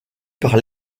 par